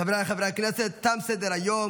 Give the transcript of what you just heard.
חבריי חברי הכנסת, תם סדר-היום.